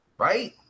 right